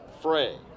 Frey